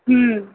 হুম